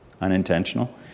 unintentional